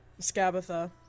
Scabatha